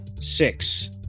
six